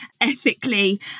ethically